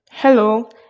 Hello